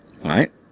Right